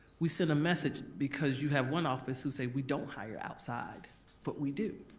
we send a message because you have one office who say we don't hire outside but we do.